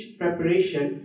preparation